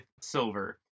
Silver